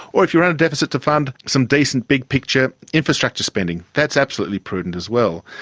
or if you run a deficit to fund some decent big-picture infrastructure spending, that's absolutely prudent as well.